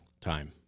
time